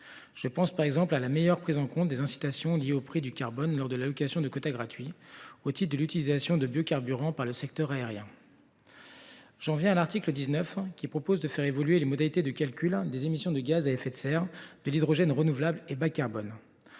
Je pense par exemple à la meilleure prise en compte des incitations liées au prix du carbone lors de l’allocation de quotas gratuits au titre de l’utilisation de biocarburants par le secteur aérien. J’en viens à l’article 19, qui fait évoluer les modalités de calcul des émissions de gaz à effet de serre (GES), de l’hydrogène renouvelable et bas carbone,